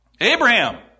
Abraham